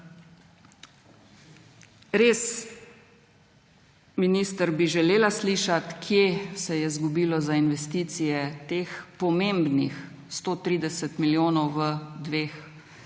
Res, minister, želela bi slišati, kje se je izgubilo za investicije teh pomembnih 130 milijonov v dveh